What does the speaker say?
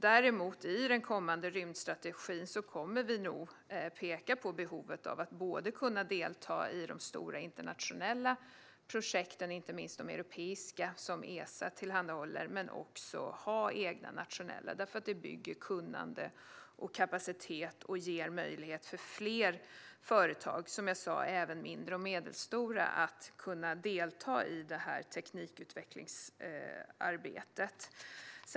Däremot kommer vi nog i den kommande rymdstrategin att peka på behovet av att både delta i de stora internationella projekten, inte minst de europeiska som Esa tillhandahåller, och ha egna, för det bygger kunnande och kapacitet och ger möjlighet för fler företag, även mindre och medelstora som sagt, att delta i det här teknikutvecklingsarbetet.